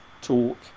talk